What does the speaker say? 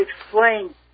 explain